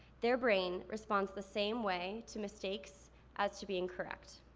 their brain responds the same way to mistakes as to being correct.